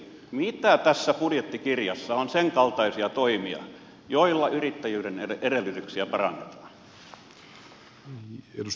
mitä senkaltaisia toimia tässä budjettikirjassa on joilla yrittäjyyden edellytyksiä parannetaan